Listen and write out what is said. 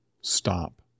stop